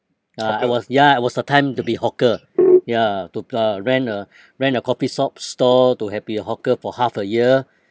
ah it was ya it was the time to be hawker ya took a rent a rent a coffee shop stall to have be a hawker for half a year